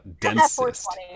densest